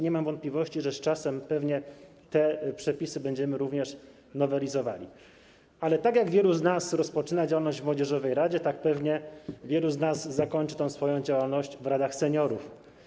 Nie mam wątpliwości, że z czasem pewnie te przepisy będziemy również nowelizowali, ale tak jak wielu z nas rozpoczynało działalność w młodzieżowej radzie, tak pewnie wielu z nas zakończy swoją działalność w radach seniorów.